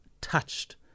touched